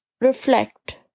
reflect